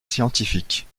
scientifique